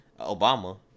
Obama